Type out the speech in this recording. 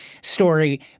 story